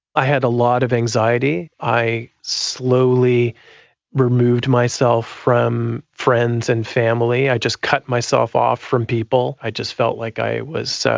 i had a lot of anxiety. i slowly removed myself from friends and family. i just cut myself off from people. i just felt like i was so